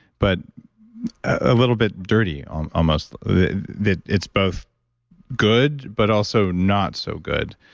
but a little bit dirty, um almost, that it's both good but also not so good.